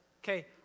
Okay